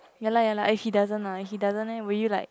ya lah ya lah and he doesn't and he doesn't leh will you